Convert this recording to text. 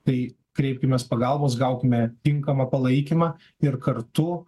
tai kreipkimės pagalbos gaukime tinkamą palaikymą ir kartu